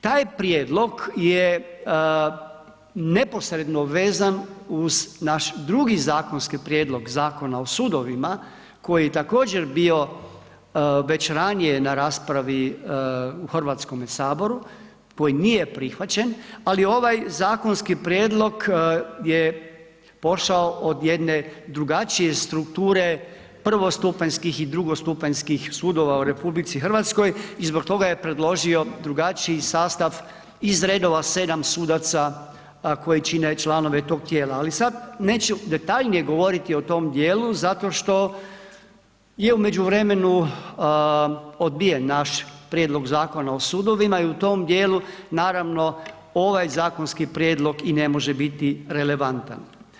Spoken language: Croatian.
Taj prijedlog je neposredno vezan uz naš drugi zakonski prijedlog Zakona o sudovima koji je također bio već ranije na raspravi u HS koji nije prihvaćen, ali ovaj zakonski prijedlog je pošao od jedne drugačije strukture, prvostupanjskih i drugostupanjskih sudova u RH i zbog toga je predložio drugačiji sastav iz redova 7 sudaca koji čine članove tog tijela, ali sad neću detaljnije govoriti o tom dijelu zato što je u međuvremenu odbijen naš prijedlog Zakona o sudovima i u tom dijelu naravno ovaj zakonski prijedlog i ne može biti relevantan.